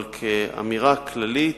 אבל כאמירה כללית,